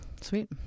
sweet